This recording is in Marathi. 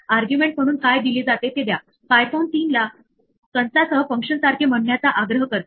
एक्सेप्शन हँडलींग चा सारांश आपल्याला रन टाइम एररस चा कुशलतेने सामना करण्याची अनुमती देते